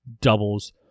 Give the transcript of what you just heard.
doubles